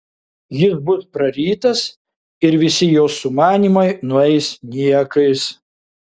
jis bus prarytas ir visi jos sumanymai nueis niekais